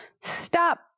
stop